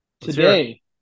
Today